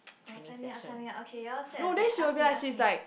oh sign me up sign me up okay you all set a date ask me ask me